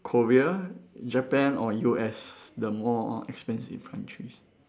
Korea Japan or U_S the more expensive countries